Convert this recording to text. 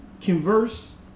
converse